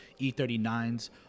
E39s